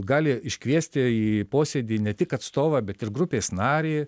gali iškviesti į posėdį ne tik atstovą bet ir grupės narį